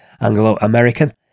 Anglo-American